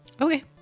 Okay